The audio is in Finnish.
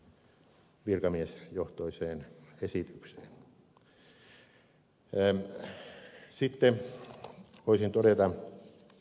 eli kyllä tässä minusta on haksahdettu pahasti virkamiesjohtoiseen esitykseen